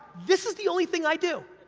this is the only thing i do.